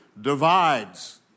Divides